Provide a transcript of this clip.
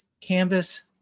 canvas